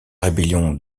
rébellion